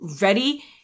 ready